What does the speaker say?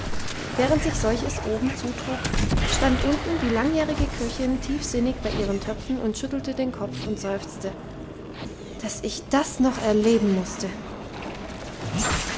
während sich solches oben zutrug stand unten die langjährige köchin tiefsinnig bei ihren töpfen und schüttelte den kopf und seufzte dass ich das noch erleben musste